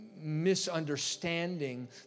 misunderstanding